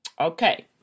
Okay